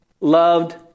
loved